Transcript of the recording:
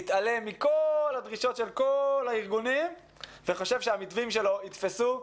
מתעלם מכל הדרישות של כל הארגונים וחושב שהמתווים שלו יתפסו.